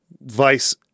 Vice